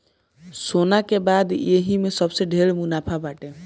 सोना के बाद यही में सबसे ढेर मुनाफा बाटे